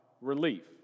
relief